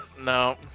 no